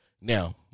Now